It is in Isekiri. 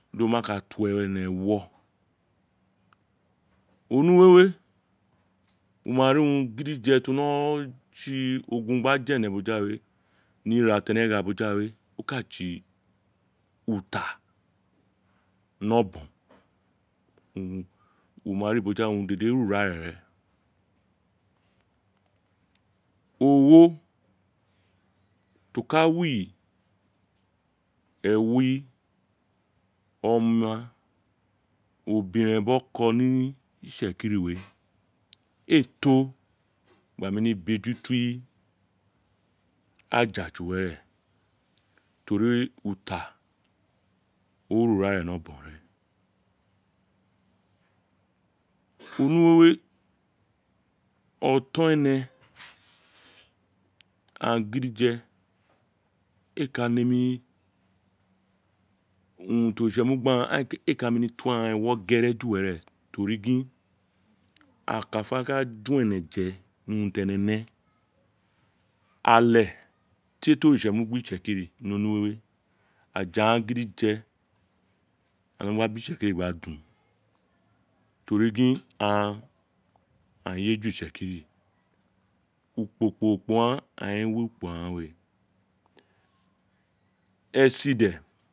Do ma ka to ene ewo onowe we urun gidije tro no tsi ogun gba di ene boja we ni ira ti ene gha boja we oka tsi uta ni obon uvun wo ma ri urun boja we urun dede ri urare reen ogho ti o ka wi ewo oma obiren bi oko ni itsekiri we ee te gba nemi bejuto aja ju were to ri uta o re urare we ni obon reen onuwewe oton ene gbhan gidije we ka nemi to aghan urun ti oritse mu gbi aghan ee ka nemi to aghan ewo ju were to ri gla a ka fe ka dun ene je ni urun ti ene ne ale tie ti oritse mu gbi ene mu gbi itsekiri ni onuwewe aja gheen gidije aghaan me gha bo itsekiri gba dun to ri gin aghan aghan yeju itsekiri ukpo kporo kporo ghaan aghaan owunre wu ukpo ghaan esi de